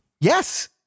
Yes